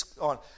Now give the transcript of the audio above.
on